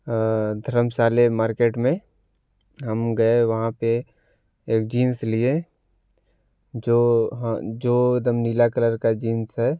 धर्मशाला market में हम गए वहाँ पर एक जींस लिए जो हाँ जो दम नीला कलर का जींस है